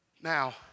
Now